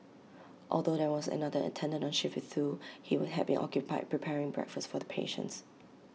although there was another attendant on shift with Thu he had been occupied preparing breakfast for the patients